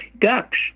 Ducks